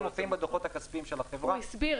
אני לא יכול לתת את המספר -- הוא הסביר,